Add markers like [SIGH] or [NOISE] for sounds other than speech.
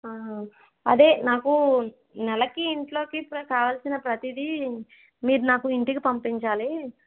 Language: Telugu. అదే నాకు నెలకి ఇంట్లోకి [UNINTELLIGIBLE] కావాల్సిన ప్రతిదీ మీరు నాకు ఇంటికి పంపించాలి